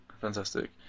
Fantastic